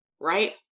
right